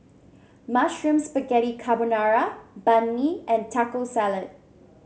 Mushroom Spaghetti Carbonara Banh Mi and Taco Salad